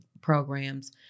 programs